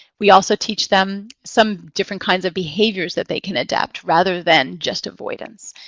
we also teach them some different kinds of behaviors that they can adapt, rather than just avoidance.